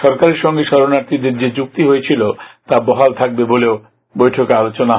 সরকারের সঙ্গে শরণার্থীদের যে চুক্তি হয়েছিল তা বহাল থাকবে বলে বৈঠকে আলোচনা হয়